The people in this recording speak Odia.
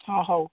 ହଁ ହଉ